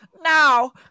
Now